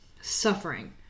suffering